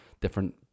different